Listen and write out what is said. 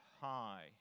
High